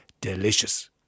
delicious